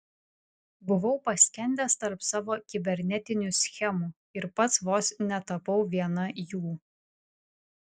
buvau paskendęs tarp savo kibernetinių schemų ir pats vos netapau viena jų